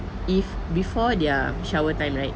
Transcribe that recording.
if before their shower time right